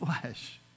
flesh